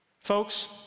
Folks